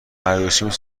عروسیمون